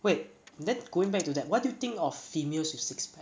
wait then going back to that what do you think of females with six pack